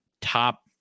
top